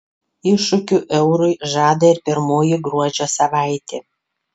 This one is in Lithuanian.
iššūkių eurui žada ir pirmoji gruodžio savaitė